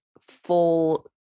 full